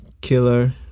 killer